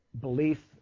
Belief